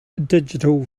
digital